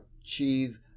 achieve